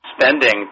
spending